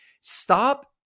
Stop